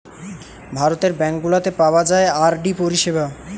ভারতের ব্যাঙ্ক গুলাতে পাওয়া যায় আর.ডি পরিষেবা